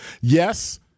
Yes